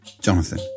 Jonathan